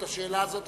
את השאלה הזאת,